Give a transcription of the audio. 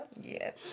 Yes